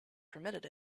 permitted